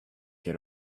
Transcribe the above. get